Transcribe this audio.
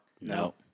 No